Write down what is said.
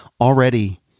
already